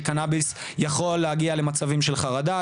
שקנאביס יכול להגיע למצבים של חרדה,